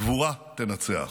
הגבורה תנצח.